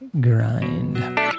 grind